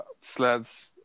sleds